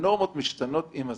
הנורמות משתנות עם הזמן.